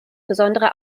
besondere